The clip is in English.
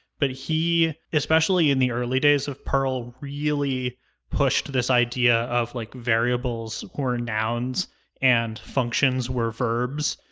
but he, especially in the early days of perl, really pushed this idea of, like, variables were nouns and functions were verbs,